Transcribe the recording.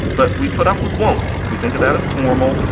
but we put up with won't we think of that as formal.